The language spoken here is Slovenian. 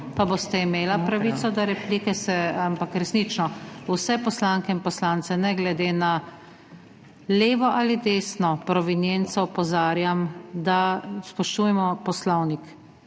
pa boste imeli pravico do replike. Resnično, vse poslanke in poslance, ne glede na levo ali desno provenienco, opozarjam, da spoštujmo poslovnik.